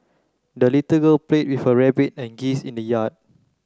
the little girl play with her rabbit and geese in the yard